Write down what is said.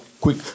quick